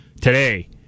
Today